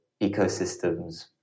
ecosystems